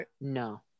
No